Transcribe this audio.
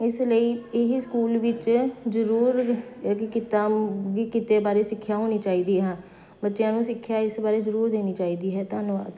ਇਸ ਲਈ ਇਹੀ ਸਕੂਲ ਵਿੱਚ ਜ਼ਰੂਰ ਕੀ ਕਿੱਤਾ ਕੀ ਕਿੱਤੇ ਬਾਰੇ ਸਿੱਖਿਆ ਹੋਣੀ ਚਾਹੀਦੀ ਹੈ ਬੱਚਿਆਂ ਨੂੰ ਸਿੱਖਿਆ ਇਸ ਬਾਰੇ ਜ਼ਰੂਰ ਦੇਣੀ ਚਾਹੀਦੀ ਹੈ ਧੰਨਵਾਦ